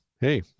hey